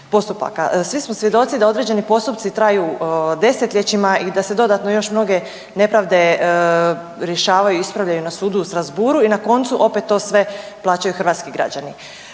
postupaka. Svi smo svjedoci da određeni postupci traju desetljećima i da se dodatno još mnoge nepravde rješavaju, ispravljaju na sudu u Strasbourgu i na koncu opet to sve plaćaju hrvatski građani.